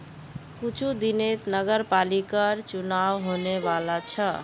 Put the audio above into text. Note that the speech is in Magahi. कुछू दिनत नगरपालिकर चुनाव होने वाला छ